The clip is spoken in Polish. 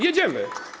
Jedziemy.